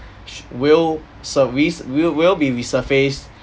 she will service will will be resurfaced